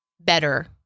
better